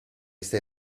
stai